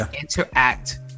interact